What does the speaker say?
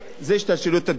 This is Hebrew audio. זו השתלשלות הדברים,